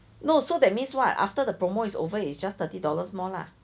no so that means [what] after the promo is over it's just thirty dollars more lah